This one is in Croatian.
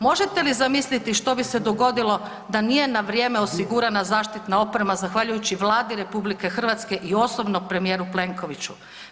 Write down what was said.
Možete li zamisliti što bi se dogodilo da nije na vrijeme osigurana zaštitna oprema zahvaljujući Vladi RH i osobno premijeru Plenkoviću.